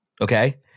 Okay